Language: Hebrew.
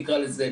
נקרא לזה,